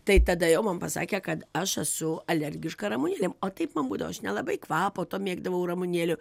tai tada jau man pasakė kad aš esu alergiška ramunėlėm o taip man būdavo aš nelabai kvapo to mėgdavau ramunėlių